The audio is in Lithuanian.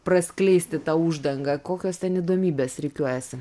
praskleisti tą uždangą kokios ten įdomybės rikiuojasi